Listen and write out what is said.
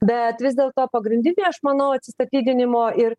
bet vis dėlto pagrindiniai aš manau atsistatydinimo ir